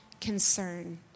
concern